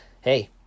hey